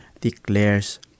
declares